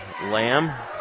Lamb